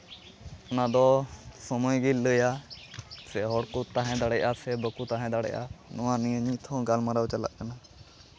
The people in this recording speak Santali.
ᱚᱱᱟᱫᱚ ᱥᱚᱢᱚᱭᱜᱮᱭ ᱞᱟᱹᱭᱟ ᱥᱮ ᱦᱚᱲ ᱠᱚ ᱛᱟᱦᱮᱸ ᱫᱟᱲᱮᱭᱟᱜᱼᱟ ᱥᱮ ᱵᱟᱠᱚ ᱛᱟᱦᱮᱸ ᱫᱟᱲᱮᱭᱟᱜᱼᱟ ᱱᱚᱣᱟ ᱱᱤᱭᱮ ᱱᱤᱛ ᱦᱚᱸ ᱜᱟᱞᱢᱟᱨᱟᱣ ᱪᱟᱞᱟᱜ ᱠᱟᱱᱟ